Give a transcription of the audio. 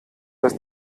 dass